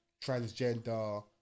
transgender